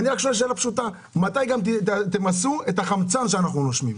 אני שואל שאלה פשוטה: מתי תמסו את החמצן שאנחנו נושמים?